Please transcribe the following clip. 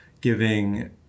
giving